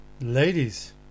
Ladies